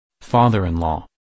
father-in-law